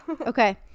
Okay